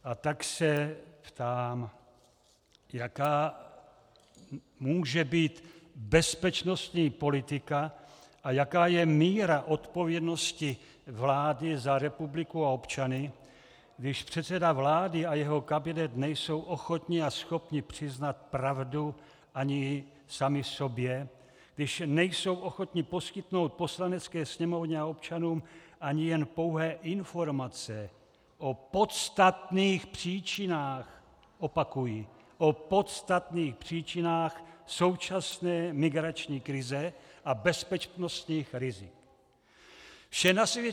A tak se ptám, jaká může být bezpečnostní politika a jaká je míra odpovědnosti vlády za republiku a občany, když předseda vlády a jeho kabinet nejsou ochotni a schopni přiznat pravdu ani sami sobě, když nejsou ochotni poskytnout Poslanecké sněmovně a občanům ani jen pouhé informace o podstatných příčinách opakuji, o podstatných příčinách současné migrační krize a bezpečnostních rizik.